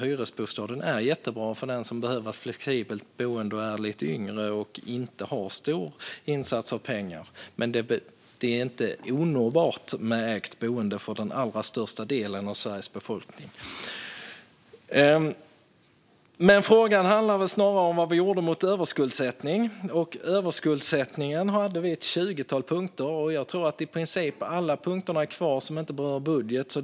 Hyresbostaden är jättebra för den som behöver ett flexibelt boende, är lite yngre och inte har pengar till en insats. Men för den allra största delen av Sveriges befolkning är det inte onåbart med ett ägt boende. Frågan handlar snarare om vad vi gjorde mot överskuldsättning. Vi hade ett tjugotal punkter om överskuldsättning, och jag tror att i princip alla punkter som inte berör budget är kvar.